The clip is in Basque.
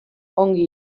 ongi